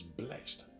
blessed